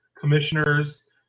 commissioners